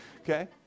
Okay